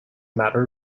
matter